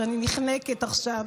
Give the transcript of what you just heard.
ואני נחנקת עכשיו,